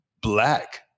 Black